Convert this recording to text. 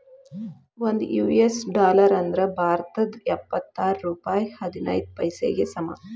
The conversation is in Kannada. ಒಂದ್ ಯು.ಎಸ್ ಡಾಲರ್ ಅಂದ್ರ ಭಾರತದ್ ಎಪ್ಪತ್ತಾರ ರೂಪಾಯ್ ಹದಿನೈದ್ ಪೈಸೆಗೆ ಸಮ